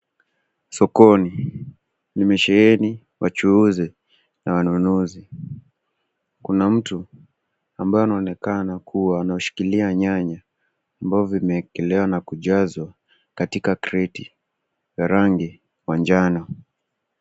Sokoni imesheheni wachuuzi na wanunuzi. Kuna mtu ambaye anaonekana anashikilia nyanya ambao vimeekelewa na kujazwa katika kreti wa rangi ya njano.